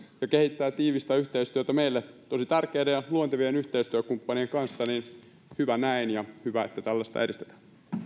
ja kehittää tiivistä yhteistyötä meille tosi tärkeiden ja luontevien yhteistyökumppanien kanssa hyvä näin ja hyvä että tällaista edistetään